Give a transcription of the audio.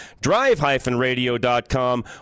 drive-radio.com